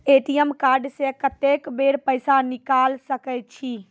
ATM card से कत्तेक बेर पैसा निकाल सके छी?